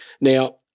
Now